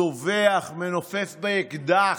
צווח, מנופף באקדח: